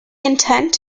intent